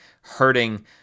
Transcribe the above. hurting